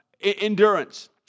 Endurance